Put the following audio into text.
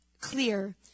clear